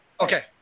Okay